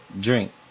Drink